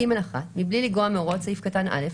(ג1) מבלי לגרוע מהוראות סעיף קטן (א),